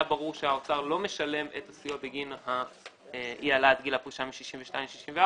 היה ברור שהאוצר לא משלם את הסיוע בגין אי העלאת גיל הפרישה מ-62 ל-64,